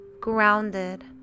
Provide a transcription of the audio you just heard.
grounded